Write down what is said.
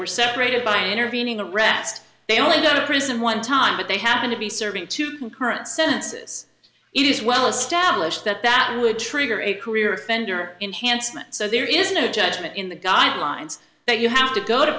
were separated by intervening arrest they only go to prison one time but they happen to be serving two current senses it is well established that that would trigger a career offender enhanced so there is no judgment in the guidelines that you have to go to